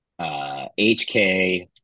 HK